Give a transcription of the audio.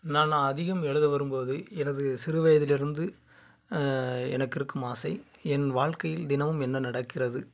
நான் அதிகம் எழுத விரும்புவது எனது சிறு வயதிலிருந்து எனக்கு இருக்கும் ஆசை என் வாழ்கையில் தினமும் என்ன நடக்கிறது